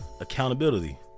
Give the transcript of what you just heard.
accountability